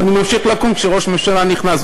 ואני ממשיך לקום כשראש הממשלה נכנס,